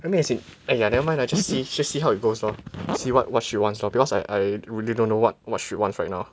I mean as in !aiya! nevermind lah just see just see how it goes lor see what what she wants lor because I I really don't know what what she wants right now